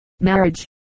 Marriage